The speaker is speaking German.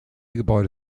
gebäude